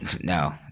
No